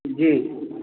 जी